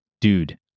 dude